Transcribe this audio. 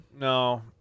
No